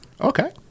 Okay